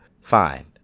fine